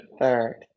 third